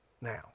now